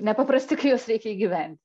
nepaprasti kai juos reikia įgyven